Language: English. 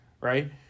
right